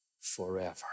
forever